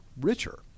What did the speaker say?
richer